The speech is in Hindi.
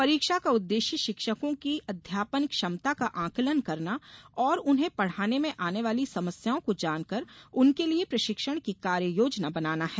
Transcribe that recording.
परीक्षा का उद्देश्य शिक्षकों की अध्यापन क्षमता का ऑकलन करना और उन्हें पढ़ाने में आने वाली समस्याओं को जानकर उनके लिए प्रशिक्षण की कार्य योजना बनाना है